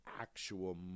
actual